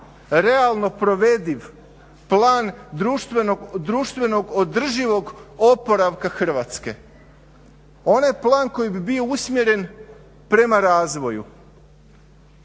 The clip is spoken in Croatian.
realno provediv plan društvenog održivog oporavka Hrvatske. Onaj plan koji bi bio usmjeren prema razvoju,